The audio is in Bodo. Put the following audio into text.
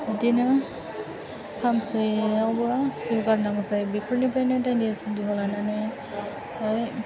बिदिनो हामसेयावबो जिउ गारनांगौ जायो बिफोरनिफ्रायनो दायना सन्देह लानानै